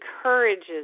encourages